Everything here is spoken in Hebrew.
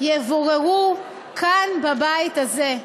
יבוררו כאן, בבית הזה.